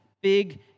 big